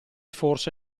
forse